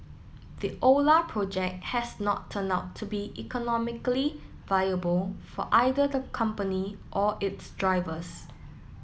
the Ola project has not turned out to be economically viable for either the company or its drivers